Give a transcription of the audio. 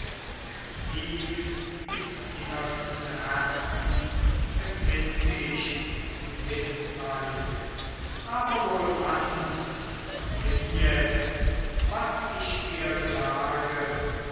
denn tief im innersten herzen empfind ich mitleid aber wohlan vernimm jetzt was ich dir sage